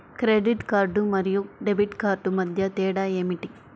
Credit card మరియు debit card మధ్య తేడా ఏమిటి?